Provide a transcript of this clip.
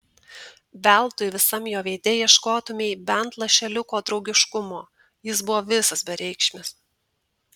veltui visam jo veide ieškotumei bent lašeliuko draugiškumo jis buvo visas bereikšmis